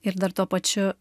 ir dar tuo pačiu